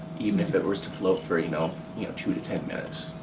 even if it was to float for you know you know two to ten minutes.